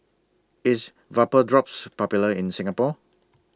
IS Vapodrops Popular in Singapore